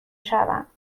شوم